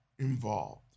involved